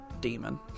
Demon